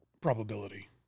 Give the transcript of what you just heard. probability